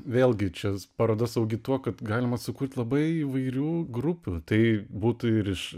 vėlgi čia paroda saugi tuo kad galima sukurti labai įvairių grupių tai būtų ir iš